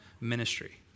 ministry